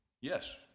Yes